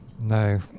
No